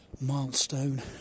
milestone